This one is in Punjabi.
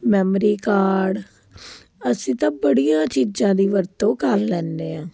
ਮੈਮਰੀ ਕਾਰਡ ਅਸੀਂ ਤਾਂ ਬੜੀਆਂ ਚੀਜ਼ਾਂ ਦੀ ਵਰਤੋਂ ਕਰ ਲੈਂਦੇ ਹਾਂ